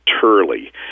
Turley